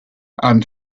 and